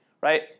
right